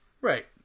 Right